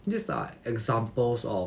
these are examples of